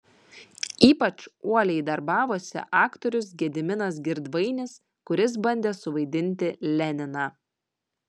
ypač uoliai darbavosi aktorius gediminas girdvainis kuris bandė suvaidinti leniną